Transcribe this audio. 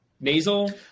nasal